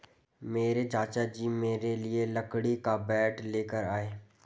मेरे चाचा जी मेरे लिए लकड़ी का बैट लेकर आए